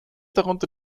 darunter